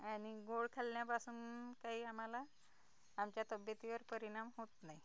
आणि गोड खाल्ल्यापासून काही आम्हाला आमच्या तब्येतीवर परिणाम होत नाही